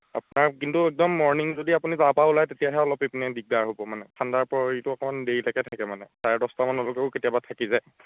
আপোনাৰ কিন্তু একদম মৰ্ণিং যদি আপুনি তাৰপৰা ওলাই তেতিয়াহে অলপ এইপিনে দিগদাৰ হ'ব মানে ঠাণ্ডাৰ পৰিটো অকণমান দেৰিলৈকে থাকে মানে চাৰে দহটামানলৈকেও কেতিয়াবা থাকি যায়